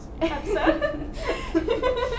episode